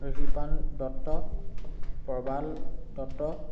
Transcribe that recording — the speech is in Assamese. ৰিপান দত্ত প্ৰবাল দত্ত